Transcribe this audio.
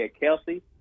Kelsey